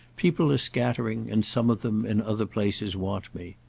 people are scattering, and some of them, in other places want me.